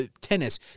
tennis